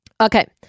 Okay